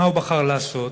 מה הוא בחר לעשות?